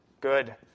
Good